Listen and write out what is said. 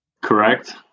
Correct